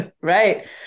Right